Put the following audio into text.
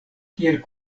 kiel